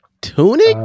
Tunic